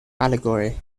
allegory